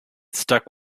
stuck